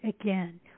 again